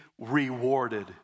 rewarded